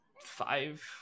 Five